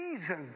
reason